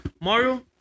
Mario